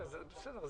בסדר.